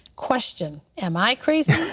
question, am i crazy?